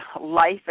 life